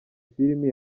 filimi